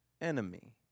enemy